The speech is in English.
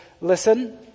Listen